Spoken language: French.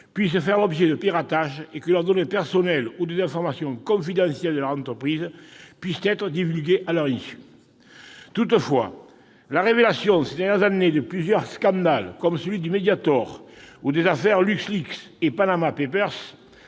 puissent faire l'objet de piratage et que leurs données personnelles ou des informations confidentielles de leur entreprise puissent être divulguées à leur insu. Néanmoins, la révélation, ces dernières années, de plusieurs scandales, comme celui du Mediator, ou des affaires LuxLeaks et « Panama Papers